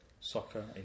soccer